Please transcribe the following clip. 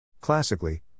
Classically